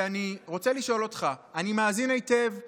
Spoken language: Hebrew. ואני רוצה לשאול אותך, אני מאזין היטב לדיונים,